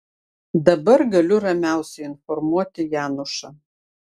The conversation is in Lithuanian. dabar galiu ramiausiai informuoti janušą